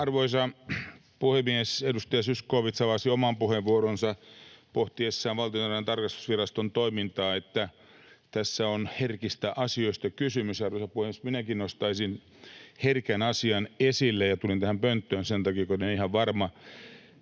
Arvoisa puhemies! Edustaja Zyskowicz avasi oman puheenvuoronsa pohtiessaan Valtiontalouden tarkastusviraston toimintaa, että tässä on herkistä asioista kysymys. Arvoisa puhemies! Minäkin nostaisin esille herkän asian, ja tulin tähän pönttöön sen takia, kun en ole ihan varma,